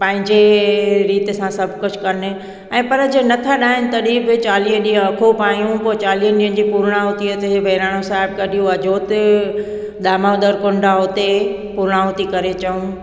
पंहिंजे रीति सां सभु कुझु कनि ऐं पर जे नथा ठाहिनि तॾहिं बि चालीह ॾींअं अखो पायूं पो चालीय ॾींअनि जे पुर्ण उते तीअं बहिराणो साहिबु कढी उहा जोति दामोदर कुंड आहे हुते पुनावती करे चयूं